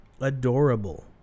adorable